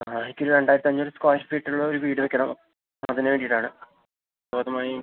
ആ എനിക്ക് രണ്ടായിരത്തി അഞ്ഞൂറ് സ്ക്വയർ ഫീറ്റിലൊള്ള വീട് വയ്ക്കണം അതിന് വേണ്ടീട്ടാണ്